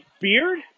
beard